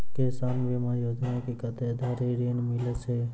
किसान बीमा योजना मे कत्ते धरि ऋण मिलय छै?